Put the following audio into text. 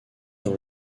dans